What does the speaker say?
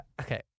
Okay